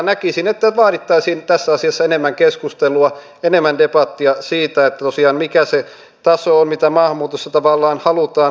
näkisin että vaadittaisiin tässä asiassa enemmän keskustelua enemmän debattia siitä mikä tosiaan on se taso mitä maahanmuutossa tavallaan halutaan haetaan